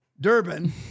Durbin